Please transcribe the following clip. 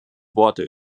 worte